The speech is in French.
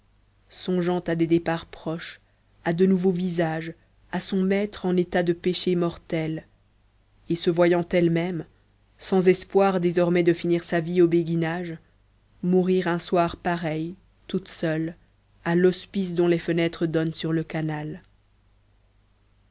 songeant à des départs proches à de nouveaux visages à son maître en état de péché mortel et se voyant elle-même sans espoir désormais de finir sa vie au béguinage mourir un soir pareil toute seule à l'hospice dont les fenêtres donnent sur le canal